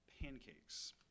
pancakes